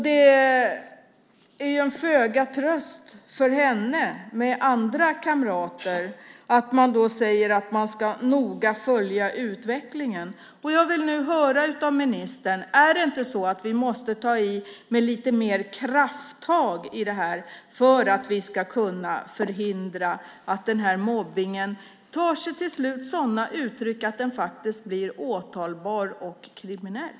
Det är föga tröst för henne och andra att regeringen säger att man noga ska följa utvecklingen. Jag vill nu höra med ministern: Är det inte så att vi måste ta i med lite mer krafttag i det här för att förhindra att denna mobbning till slut tar sig sådana uttryck att den blir åtalbar och kriminell?